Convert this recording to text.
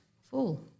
full